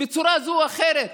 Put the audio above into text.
בצורה זו או אחרת?